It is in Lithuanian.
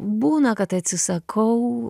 būna kad atsisakau